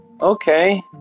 okay